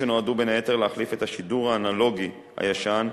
שנועדו בין היתר להחליף את השידור האנלוגי הישן,